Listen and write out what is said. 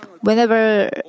Whenever